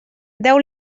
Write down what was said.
deu